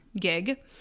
gig